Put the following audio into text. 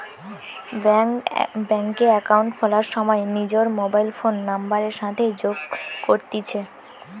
bank এ account খোলার সময় নিজর মোবাইল ফোন নাম্বারের সাথে যোগ করতিছে